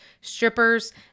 strippers